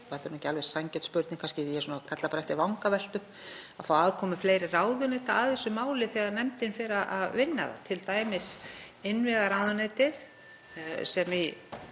þetta er ekki alveg sanngjörn spurning kannski og ég kalla bara eftir vangaveltum, að fá aðkomu fleiri ráðuneyta að þessu máli þegar nefndin fer að vinna það, t.d. innviðaráðuneytið